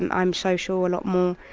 and i'm social a lot more.